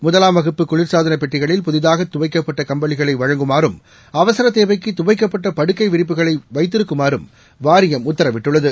முதலாம் வகுப்பு குளிர்சாதன பெட்டிகளில் புதிதாக துவைக்கப்பட்ட கம்பளிகளை வழங்குமாறும் அவசரத் தேவைக்கு துவைக்கப்பட்ட படுக்கை விரிப்புகளை வைத்திருக்குமாறும் வாரியம் உத்தரவிட்டுள்ளது